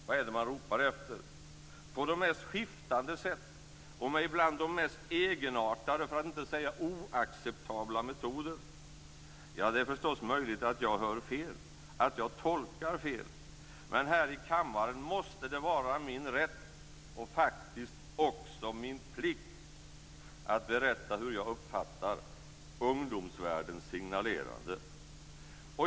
Vad är det man ropar efter på de mest skiftande sätt och med ibland de mest egenartade, för att inte säga oacceptabla, metoder? Ja, det är försås möjligt att jag hör fel, att jag tolkar fel. Men här i kammaren måste det vara min rätt och faktiskt också min plikt att berätta hur jag uppfattar ungdomsvärldens signalerande.